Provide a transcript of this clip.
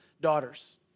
daughters